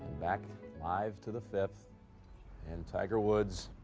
back, live to the fifth and tiger woods.